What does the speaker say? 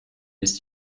ist